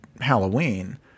Halloween